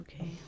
okay